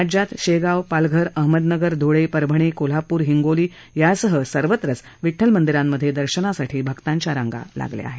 राज्यात शेगाव पालघर अहमदनगर धुळे परभणी कोल्हापूर हिंगोली यासह सर्वत्रच विठ्ठलमंदिरामधे दर्शनासाठी भक्तांच्या रांगा लागल्या आहेत